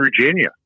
Virginia